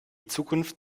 zukunft